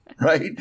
Right